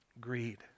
Greed